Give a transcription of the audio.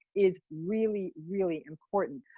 is really, really important.